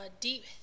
deep